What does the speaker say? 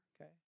okay